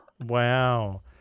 Wow